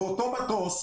אותו מטוס,